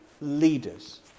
leaders